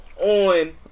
on-